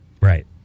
Right